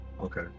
Okay